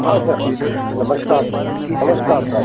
हाँ सर नमस्कार नमस्कार साहब